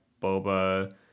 Boba